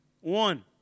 one